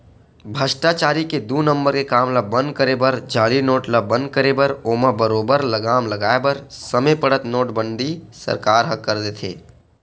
भस्टाचारी के दू नंबर के काम ल बंद करे बर जाली नोट ल बंद करे बर ओमा बरोबर लगाम लगाय बर समे पड़त नोटबंदी सरकार ह कर देथे